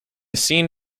scene